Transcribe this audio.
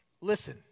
Listen